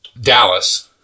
Dallas